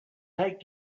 take